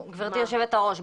גברתי יושבת הראש,